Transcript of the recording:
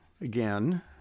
again